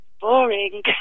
Boring